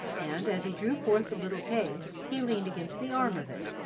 and, as he drew forth the little case, he leaned against the arm of it,